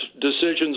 decisions